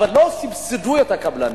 אבל לא סבסדו את הקבלנים.